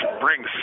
brings